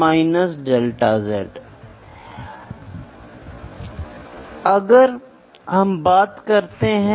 यदि हमारे पास एक टेपर्ड शाफ्ट है तो ठीक है आप व्यास को कैसे मापते हैं